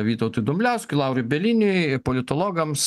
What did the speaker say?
vytautui dumbliauskui laurui bieliniui politologams